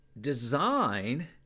design